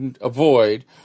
avoid